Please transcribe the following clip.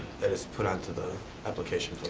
that is put onto the application